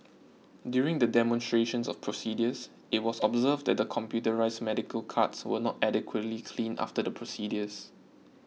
during the demonstrations of procedures it was observed that the computerised medical carts were not adequately cleaned after the procedures